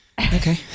Okay